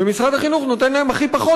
ומשרד החינוך נותן להם הכי פחות,